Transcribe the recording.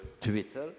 Twitter